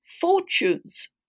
fortunes